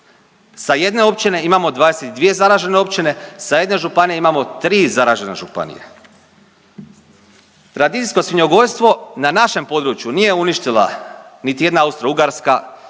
sa jedne općine imamo 22 zaražene općine, sa jedne županije imamo 3 zaražene županije. Tradicijsko svinjogojstvo na našem području nije uništila niti jedna Austro-ugarska,